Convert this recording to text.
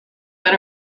been